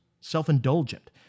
self-indulgent